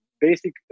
basic